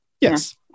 Yes